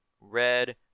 red